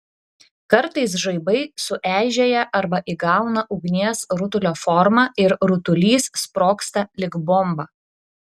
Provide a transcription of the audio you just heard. kartais žaibai sueižėja arba įgauna ugnies rutulio formą ir rutulys sprogsta lyg bomba